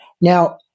Now